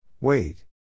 Wait